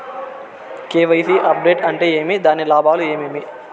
KYC update అంటే ఏమి? దాని లాభాలు ఏమేమి?